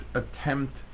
attempt